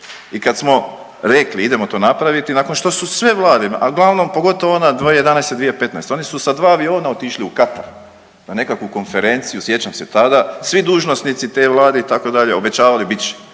I kad smo rekli idemo to napraviti nakon što su sve vlade, a uglavnom pogotovo ona 2011.-2015. oni su sa 2 aviona otišli u Katar na nekakvu konferenciju sjećam se tada, svi dužnosnici te vlade itd. obećavali bit